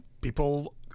people